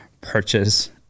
purchase